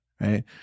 right